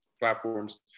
platforms